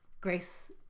Grace